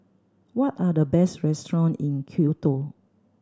what are the best restaurants in Quito